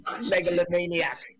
megalomaniac